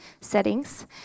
settings